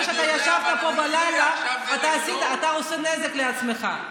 זה שאתה ישבת פה בלילה, אתה עושה נזק לעצמך.